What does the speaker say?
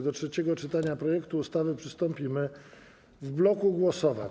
Do trzeciego czytania projektu ustawy przystąpimy w bloku głosowań.